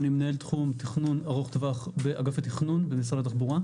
מנהל תחום תכנון ארוך טווח באגף התכנון במשרד התחבורה.